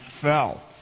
fell